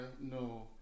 no